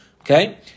Okay